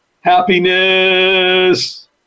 Happiness